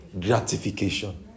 Gratification